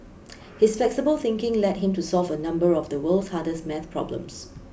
his flexible thinking led him to solve a number of the world's hardest math problems